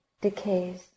decays